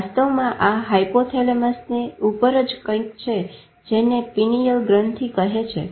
વાસ્તવમાં આ હાયપોથેલેમસની ઉપર જ કંઈક છે જેને પીનીયલ ગ્રંથી કહે છે